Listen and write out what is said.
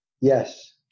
Yes